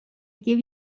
give